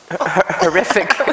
horrific